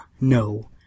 no